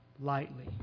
lightly